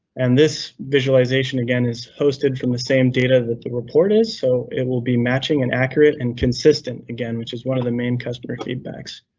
and this visualization again, is hosted from the same data that the report is. so it will be matching and accurate and consistent again, which is one of the main customer feedbacks.